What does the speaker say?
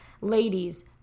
ladies